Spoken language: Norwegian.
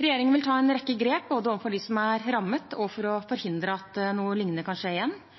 Regjeringen vil ta en rekke grep, både overfor dem som er rammet, og for å forhindre at noe lignende kan skje igjen.